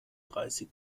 dreißig